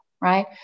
Right